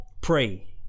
pray